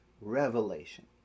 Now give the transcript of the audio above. revelation